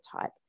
type